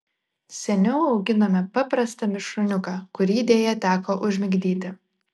seniau auginome paprastą mišrūniuką kurį deja teko užmigdyti